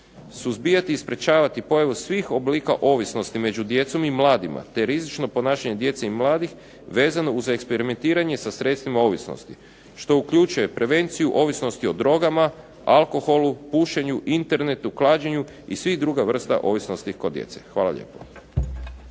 suzbijati i sprečavati pojavu svih oblika ovisnosti među djecom i mladima, te rizično ponašanje djece i mladih vezano uz eksperimentiranje sa sredstvima ovisnosti što uključuje prevenciju ovisnosti o drogama, alkoholu, pušenju, internetu, klađenju i svih drugih vrsta kod ovisnosti djece. Hvala lijepo.